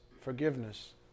forgiveness